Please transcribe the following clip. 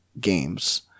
games